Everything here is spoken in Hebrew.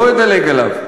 לא אדלג עליו.